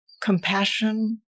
compassion